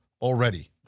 already